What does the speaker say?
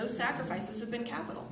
those sacrifices have been capital